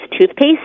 toothpaste